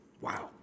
wow